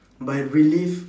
by relieve